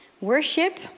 Worship